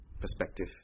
perspective